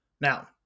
Now